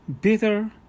bitter